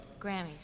Grammys